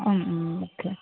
ഉം ഉം ഓക്കെ